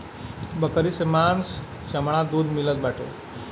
बकरी से मांस चमड़ा दूध मिलत बाटे